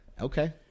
Okay